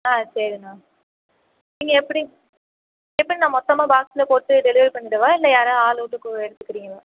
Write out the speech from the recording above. ஆ சரிணா நீங்கள் எப்படி எப்படிணா மொத்தமா பாக்ஸில் போட்டு டெலிவரி பண்ணிடவா இல்லை யாரா ஆள் விட்டு எடுத்துக்கிறிங்களா